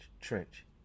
trench